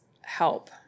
help